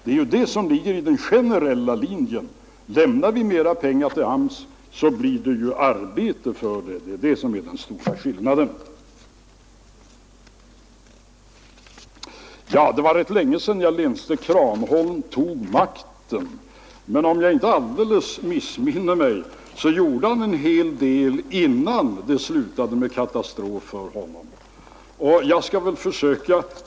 Det gör man om man väljer den generella linjen. Lämnar vi mera pengar till AMS, så blir det ju arbete för dem — det är det som är den stora skillnaden. Det var rätt länge sedan jag läste ”Kranholm tar makten”, men om jag inte alldeles missminner mig gjorde han en hel del innan det slutade med katastrof för honom.